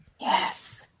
Yes